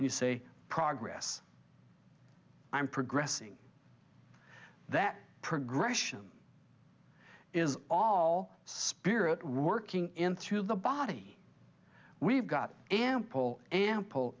you say progress i'm progressing that progression is all spirit working in through the body we've got ample ample